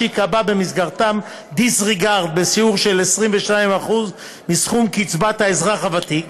כך שייקבע במסגרתם disregard בשיעור של 22% מסכום קצבת האזרח הוותיק.